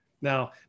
Now